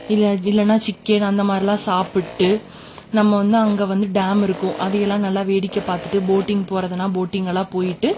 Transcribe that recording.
இல்லை இல்லைனா சிக்கன் அந்த மாதிரிலாம் சாப்பிட்டு நம்ம வந்து அங்கே வந்து டேம் இருக்கும் அதையெல்லாம் நல்லா வேடிக்கை பார்த்துட்டு போட்டிங் போகிறதுனா போட்டிங்கெல்லாம் போய்விட்டு